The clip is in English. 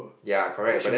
ya correct but then